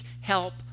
help